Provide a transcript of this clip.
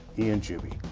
ian juby.